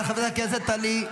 חברת הכנסת טלי גוטליב.